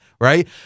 right